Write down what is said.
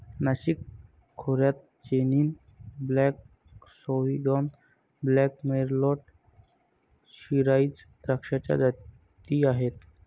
नाशिक खोऱ्यात Chenin Blanc, Sauvignon Blanc, Merlot, Shiraz द्राक्षाच्या जाती आहेत